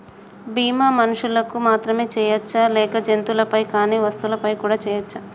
బీమా మనుషులకు మాత్రమే చెయ్యవచ్చా లేక జంతువులపై కానీ వస్తువులపై కూడా చేయ వచ్చా?